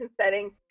settings